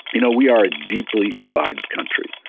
you know we are a deeply divided country.